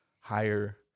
higher